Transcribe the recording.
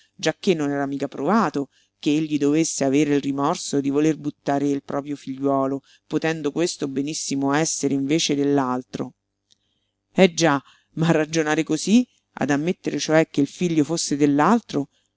giacché non era mica provato che egli dovesse avere il rimorso di voler buttare il proprio figliuolo potendo questo benissimo essere invece dell'altro eh già ma a ragionare cosí ad ammettere cioè che il figlio fosse